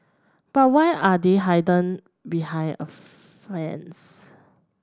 but why are they hidden behind a fence